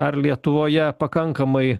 ar lietuvoje pakankamai